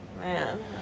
man